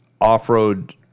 off-road